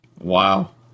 Wow